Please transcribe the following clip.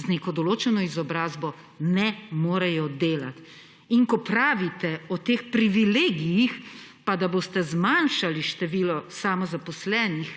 z neko določeno izobrazbo ne morejo delati. In ko pravite o teh privilegijih pa da boste zmanjšali število samozaposlenih,